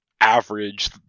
average